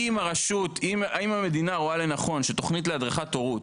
אבל אם המדינה רואה לנכון שתוכנית להדרכת הורות,